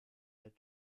led